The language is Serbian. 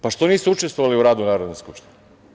Pa, što niste učestvovali u radu Narodne skupštine.